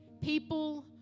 People